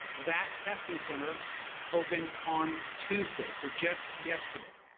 that testing center opened on tuesday so just yesterday.